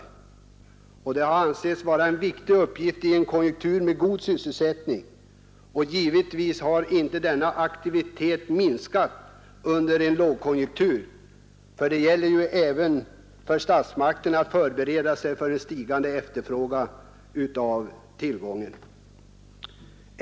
Det har ansetts vara en viktig uppgift i en konjunktur med god sysselsättning. Givetvis har inte denna aktivitet minskat under en lågkonjunktur, för det gäller ju även för statsmakterna att förbereda sig för en stigande efterfrågan på arbetskraft.